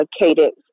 Cadence